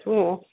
ꯑꯣ ꯑꯣ